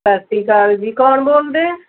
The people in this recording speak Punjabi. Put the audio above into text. ਸਤਿ ਸ਼੍ਰੀ ਅਕਾਲ ਜੀ ਕੋਣ ਬੋਲਦੇ ਆ